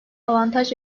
avantaj